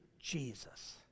Jesus